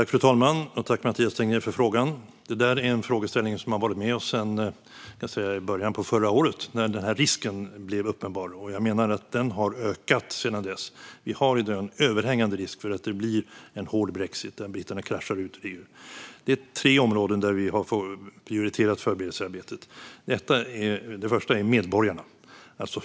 Fru talman! Tack, Mathias Tegnér, för frågan! Detta är en fråga som har varit med oss sedan början av förra året när risken blev uppenbar. Jag menar att risken har ökat sedan dess. Det finns en överhängande risk för en hård brexit där britterna kraschar ut ur EU. Det finns tre områden där vi har prioriterat förberedelsearbetet. Det första är medborgarna.